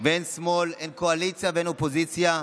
ואין שמאל, אין קואליציה ואין אופוזיציה.